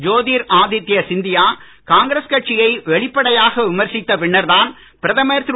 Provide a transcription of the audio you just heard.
ஜோதிர் ஆதித்ய சிந்தியா காங்கிரஸ் கட்சியை வெளிப்படையாக விமர்சித்த பின்னர்தான் பிரதமர் திரு